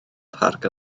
parc